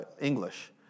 English